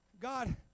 God